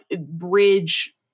bridge